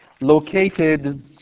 located